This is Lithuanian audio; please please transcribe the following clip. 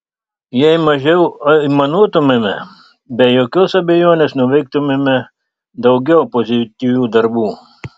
jei mažiau aimanuotumėme be jokios abejonės nuveiktumėme daugiau pozityvių darbų